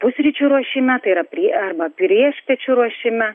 pusryčių ruošime tai yra prie arba priešpiečių ruošime